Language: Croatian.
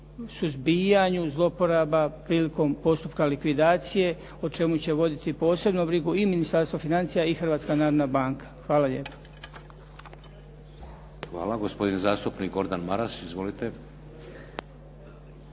suzbijanju zloporaba prilikom postupka likvidacije o čemu će voditi posebno brigu i Ministarstvo financija i Hrvatska narodna banka. Hvala lijepo. **Šeks, Vladimir (HDZ)** Hvala. Gospodin zastupnik Gordan Maras. Izvolite.